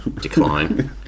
decline